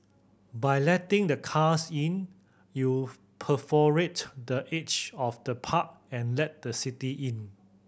by letting the cars in you perforate the edge of the park and let the city in